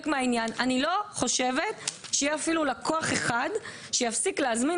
הרי היום הרשת שבה מדובר וגם אחרות לא מציעות שקיות